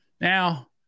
Now